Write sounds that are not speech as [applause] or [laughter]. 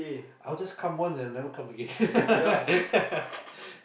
I will just come once and I'll never come again [laughs]